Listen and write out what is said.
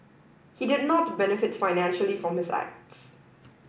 he did not benefit financially from his acts